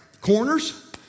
corners